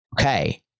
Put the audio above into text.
Okay